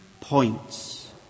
points